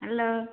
hello